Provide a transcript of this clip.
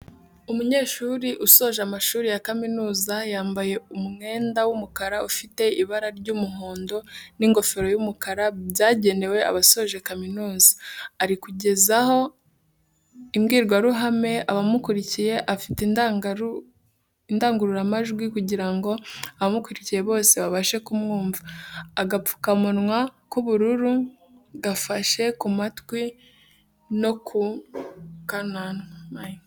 Umunyeshuri usoje amashuri ya kaminuza, yambaye umwenda w'umukara ufite ibara ry'umuhondo n'ingofero y'umukara byagenewe abasoje kaminuza, ari kugezaho imbwirwaruhame abamukurikiye afite indangururamajwi kugira ngo abamukurikiye bose babashe kumwumva, agapfukamunwa k'ubururu gafashe ku matwi no ku kananwa.